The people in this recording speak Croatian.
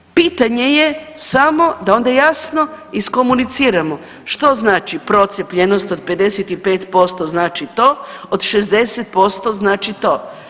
Pitanje je samo da onda jasno iskomuniciramo, što znači procijepljenost od 55% znači to, od 60% znači to.